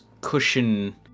cushion